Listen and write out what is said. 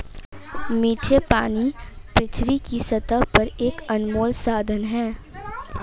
मीठे पानी पृथ्वी की सतह पर एक अनमोल संसाधन है